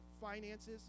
finances